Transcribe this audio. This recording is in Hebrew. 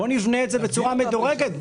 בוא נבנה את זה בצורה מדורגת,